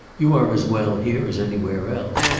you are as well here as anywhere else